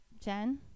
jen